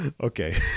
Okay